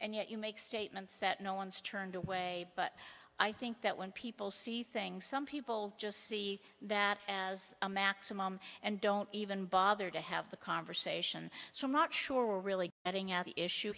and yet you make statements that no one's turned away but i think that when people see things some people just see that as a maximum and don't even bother to have the conversation so i'm not sure we're really getting at the issue